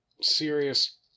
serious